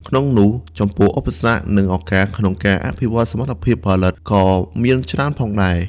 ក្នុងនោះ ចំពោះឧបសគ្គ និងឱកាសក្នុងការអភិវឌ្ឍន៍សមត្ថភាពផលិតក៏មានច្រើនផងដែរ។